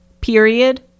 period